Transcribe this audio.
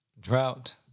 drought